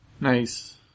Nice